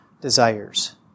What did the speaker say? desires